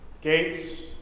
Gates